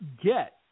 get